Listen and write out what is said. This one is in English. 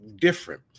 different